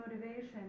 motivation